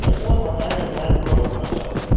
பைசா ஒரு பத்தாயிரம் இருபதாயிரத்துக்குள்ள வரும் அண்ணா செலவு